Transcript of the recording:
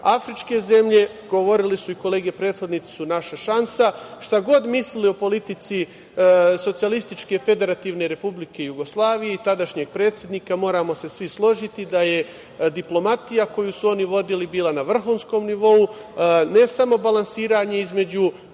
Afričke zemlje, govorile su i kolege prethodnici, su naša šansa. Šta god mislili o politici SFRJ i tadašnjeg predsednika, moramo se svi složiti da je diplomatija koju su oni vodili bila na vrhunskom nivou, ne samo balansiranje između